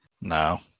No